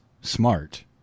smart